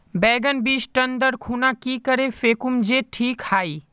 बैगन बीज टन दर खुना की करे फेकुम जे टिक हाई?